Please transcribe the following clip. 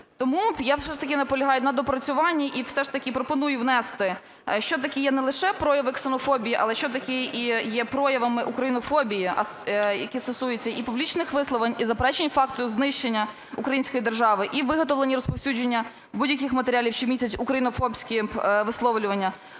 Тому я все ж таки наполягаю на доопрацюванні і все ж таки пропоную внести, що таке є не лише прояви ксенофобії, але що таке і є проявами українофобії, які стосуються і публічних висловлень, і заперечень факту знищення української держави, і виготовлення, і розповсюдження будь-яких матеріалів, що містять українофобські висловлювання: